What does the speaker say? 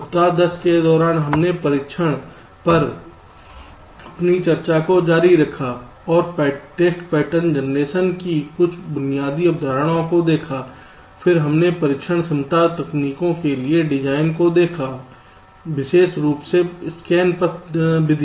सप्ताह 10 के दौरान हमने परीक्षण पर अपनी चर्चा जारी रखी और टेस्ट पेटर्न जनरेशन की कुछ बुनियादी अवधारणाओं को देखा फिर हमने परीक्षण क्षमता तकनीकों के लिए डिज़ाइन को देखा विशेष रूप से स्कैन पथ विधि